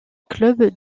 club